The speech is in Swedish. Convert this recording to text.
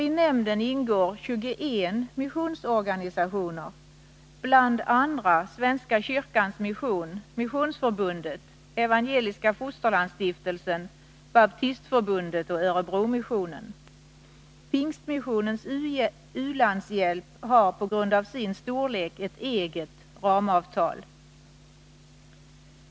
I nämnden ingår 21 missionsorganisationer, bl.a. Svenska kyrkans mission, Missionsförbundet, Evangeliska fosterlandsstiftelsen, Baptistförbundet och Örebromissionen. Pingstmissionens ulandshjälp har på grund av sin storlek ett eget ramavtal.